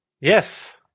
Yes